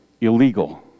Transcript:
illegal